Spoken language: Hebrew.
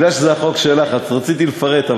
בגלל שזה החוק שלך אז רציתי לפרט,